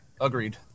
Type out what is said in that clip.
Agreed